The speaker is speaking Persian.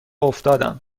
افتادم